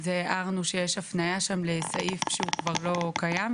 הערנו שיש הפנייה שם לסעיף שהוא כבר לא קיים,